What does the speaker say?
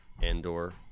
Andor